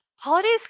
Holidays